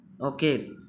Okay